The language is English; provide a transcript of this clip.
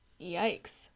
Yikes